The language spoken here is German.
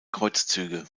kreuzzüge